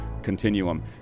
continuum